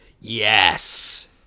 Yes